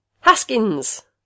Haskins